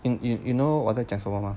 in in you know 我在讲什么吗